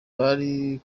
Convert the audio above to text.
bari